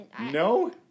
no